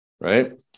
right